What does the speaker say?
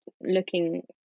looking